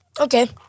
Okay